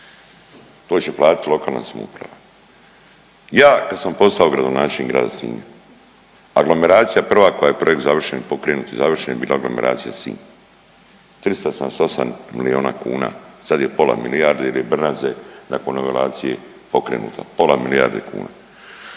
To će platiti lokalna samouprava. Ja kad sam postao gradonačelnik grada Sinja, aglomeracija prva koja je projekt završen i pokrenut je bila aglomeracija Sinj. 378 milijuna kuna i sad je pola milijarde, jer je Brnaze nakon nivelacije pokrenuta, pola milijarde kuna.